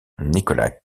nicholas